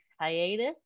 hiatus